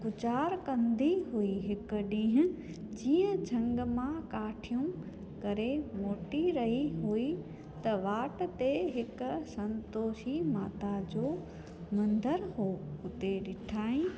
गुज़ार कंदी हुई हिकु ॾींहुं जीअं झंग मां काठियूं करे मोटी रई हुई त वाटि ते हिकु संतोषी माता जो मंदरु हुओ हुते ॾिठई